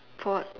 for what